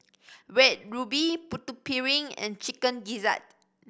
Red Ruby Putu Piring and Chicken Gizzard